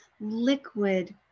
liquid